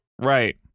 Right